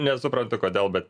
nesuprantu kodėl bet